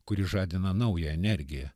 kuri žadina naują energiją